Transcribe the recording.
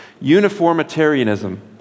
Uniformitarianism